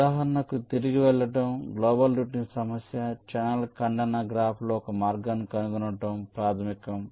ఉదాహరణకు తిరిగి వెళ్ళడం గ్లోబల్ రూటింగ్ సమస్య ఛానెల్ ఖండన గ్రాఫ్లో ఒక మార్గాన్ని కనుగొనడం ప్రాథమికం